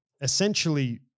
essentially